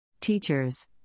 Teachers